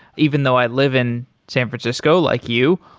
even though i live in san francisco like you.